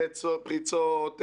פריצות,